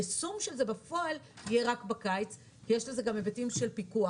היישום של זה בפועל יהיה רק בקיץ כי יש לזה גם היבטים של פיקוח.